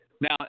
Now